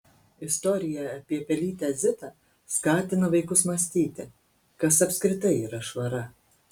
istorija apie pelytę zitą skatina vaikus mąstyti kas apskritai yra švara